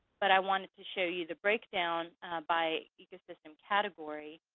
but i wanted to show you the breakdown by ecosystem category.